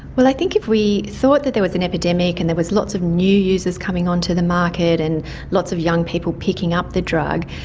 well, i think if we thought that there was an epidemic and there was lots of new users coming onto the market and lots of young people picking up the drug,